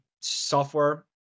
software